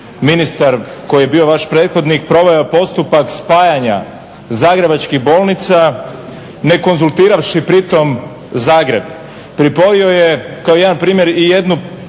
ministar koji je bio vaš prethodnik, proveo je postupak spajanja zagrebačkih bolnica ne konzultiravši pritom Zagreb. Pripojio je kao jedan primjer i jednu